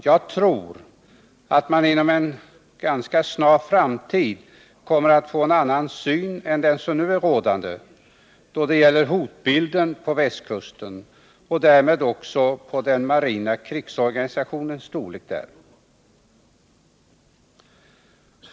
Jag tror att man inom en ganska snar framtid kommer att få en annan syn än den som nu är rådande då det gäller hotbilden på västkusten och därmed också på den marina krigsorganisationens storlek där.